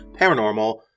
Paranormal